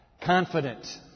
Confident